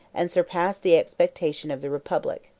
and surpassed the expectation, of the republic.